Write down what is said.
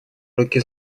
руки